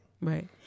Right